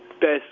best